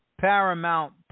paramount